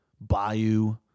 bayou